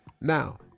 Now